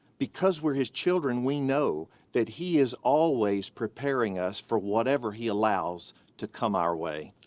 because we're his children we know that he is always preparing us for whatever he allows to come our way.